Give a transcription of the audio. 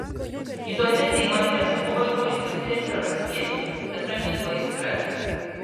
kituose seimuose buvo ir policijos rezervas kviečiamas kad ramintų aistras